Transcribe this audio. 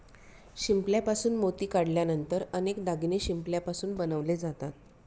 शिंपल्यापासून मोती काढल्यानंतर अनेक दागिने शिंपल्यापासून बनवले जातात